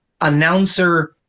announcer